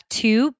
two